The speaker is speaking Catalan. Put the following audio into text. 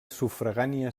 sufragània